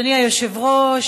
אדוני היושב-ראש,